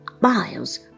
miles